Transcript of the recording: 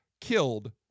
killed